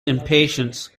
impatience